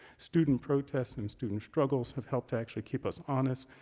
student protests and student struggles have helped to actually keep us honest.